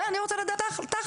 זה אני רוצה לדעת תכלס,